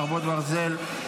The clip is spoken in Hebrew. חרבות ברזל),